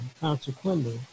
Consequently